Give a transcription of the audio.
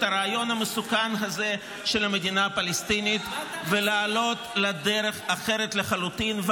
את הרעיון המסוכן הזה של המדינה הפלסטינית ולעלות לדרך אחרת לחלוטין.